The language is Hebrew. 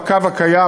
בקו הקיים,